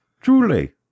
Truly